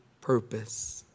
purpose